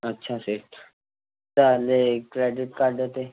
अच्छा सेठ त हले क्रेडिट कार्ड ते